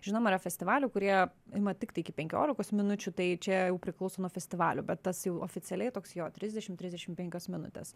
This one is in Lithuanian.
žinoma yra festivalių kurie ima tiktai iki penkiolikos minučių tai čia jau priklauso nuo festivalių bet tas jau oficialiai toks jo trisdešim trisdešim penkios minutės